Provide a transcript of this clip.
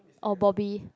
oh Bobbie